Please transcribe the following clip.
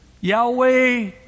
Yahweh